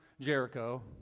Jericho